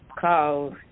cause